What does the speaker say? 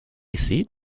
seat